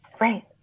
Right